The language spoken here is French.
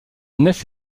nef